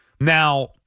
Now